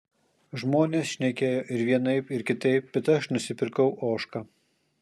žmonės šnekėjo ir vienaip ir kitaip bet aš nusipirkau ožką